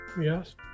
Yes